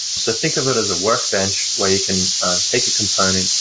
so think of it as a workbench where you can take a component,